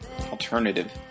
Alternative